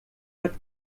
hat